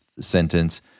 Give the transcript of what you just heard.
sentence